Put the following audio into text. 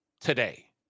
today